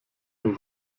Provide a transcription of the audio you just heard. dem